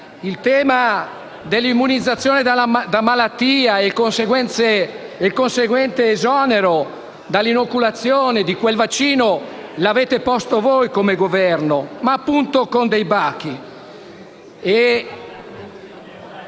Il tema dell'immunizzazione da malattia e il conseguente esonero dall'inoculazione di quel vaccino sono stati posti dal Governo, ma appunto con dei bachi.